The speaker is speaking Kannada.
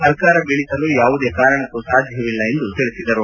ಸರ್ಕಾರ ಬೀಳಿಸಲು ಯಾವುದೇ ಕಾರಣಕ್ಕೂ ಸಾಧ್ಯವಿಲ್ಲ ಎಂದು ತಿಳಿಸಿದರು